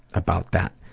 about that.